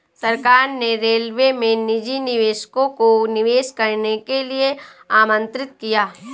सरकार ने रेलवे में निजी निवेशकों को निवेश करने के लिए आमंत्रित किया